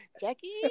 Jackie